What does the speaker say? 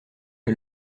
que